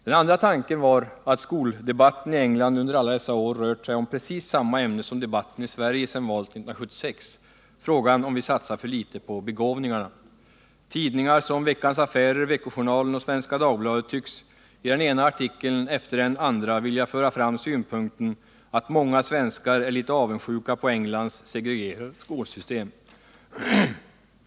Den andra tanken var att skoldebatten i England under alla dessa år gällt precis samma ämne som debatten i Sverige sedan valet 1976 — frågan om vi satsar för litet på begåvningarna. Tidningar som Veckans Affärer, Veckojournalen och Svenska Dagbladet antyder i den ena artikeln efter den andra att många svenskar är litet avundsjuka på Englands segregerade skolsystem.